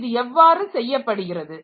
இது எவ்வாறு செய்யப்படுகிறது